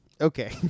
Okay